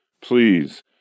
Please